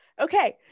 okay